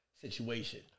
situation